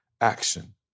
action